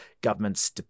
government's